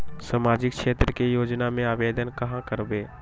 सामाजिक क्षेत्र के योजना में आवेदन कहाँ करवे?